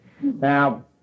Now